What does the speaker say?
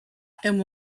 and